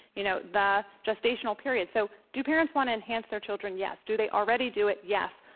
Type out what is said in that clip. you know, the gestational period. so do parents want to enhance their children? yes. do they already do it? yes.